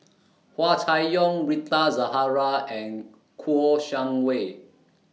Hua Chai Yong Rita Zahara and Kouo Shang Wei